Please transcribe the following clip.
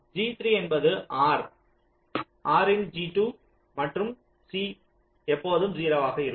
G3 என்பது R இன் G2 மற்றும் c எப்போதும் 0 ஆக இருக்கும்